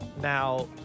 Now